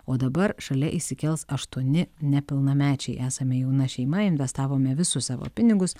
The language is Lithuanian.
o dabar šalia įsikels aštuoni nepilnamečiai esame jauna šeima investavome visus savo pinigus